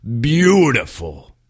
beautiful